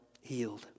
healed